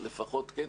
אם תרצו,